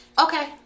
okay